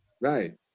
right